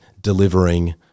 delivering –